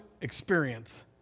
experience